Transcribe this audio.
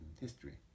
history